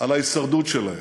על ההישרדות שלהם.